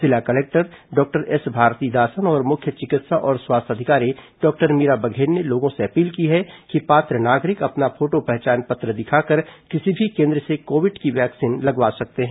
जिला collector doctor S Bharathidasan और मुख्य चिकित्सा और स्वास्थ्य अधिकारी डॉक्टर मीरा बघेल ने लोगों से अपील की है कि पात्र नागरिक अपना फोटो पहचान पत्र दिखाकर किसी भी केन्द्र से कोविड की वैक्सीन लगवा सकते हैं